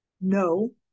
no